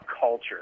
culture